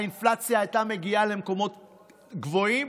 האינפלציה הייתה מגיעה למקומות גבוהים,